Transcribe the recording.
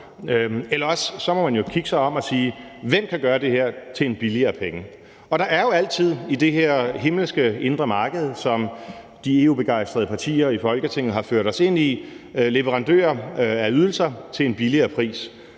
eller også må man jo kigge sig om og spørge, hvem der kan gøre det her til en billigere penge. Og der er jo altid i det her himmelske indre marked, som de EU-begejstrede partier i Folketinget har ført os ind i, leverandører af ydelser til en billigere pris,